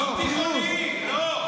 לא תיכונים, לא.